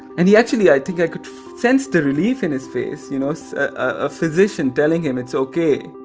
and he actually i think i could sense the relief in his face, you know, so a physician telling him it's ok.